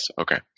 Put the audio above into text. Okay